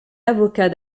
avocat